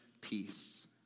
peace